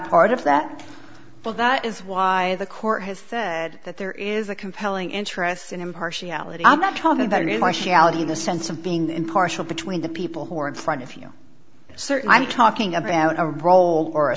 part of that well that is why the court has said that there is a compelling interest in impartiality i'm not talking about in my shouting the sense of being impartial between the people who are in front of you certainly i'm talking about a role or a